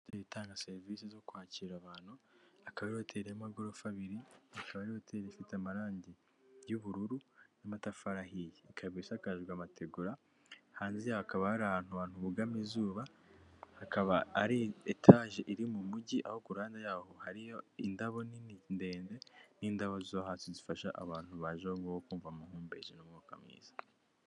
Inzu itanga serivisi zo kwakira abantu, akaba ari hoteli y'amagorofa abiri, ikaba ari hotel ifite amarangi y'ubururu n'amatafari ahiye ikaba isakajwe amatebura hanze yaho hakaba hari ahhantu abantu bugama izuba, akaba ari etage iri mu mugi, aho ku ruhande yaho hariyo indabo nini ndende n'indabo zo hasi zifasha abantu baje ahongaho kumva amahumbez n'umwuka mwiza.